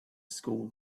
school